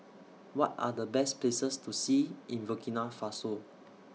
What Are The Best Places to See in Burkina Faso